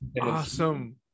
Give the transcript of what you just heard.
Awesome